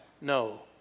no